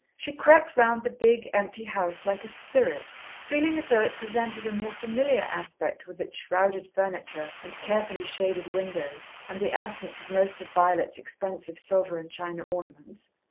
she crept round the big, empty house like a spirit, feeling as though it presented a more familiar aspect with its shrouded furniture and carefully shaded windows, and the absence of most of violet's expensive silver and china ornaments.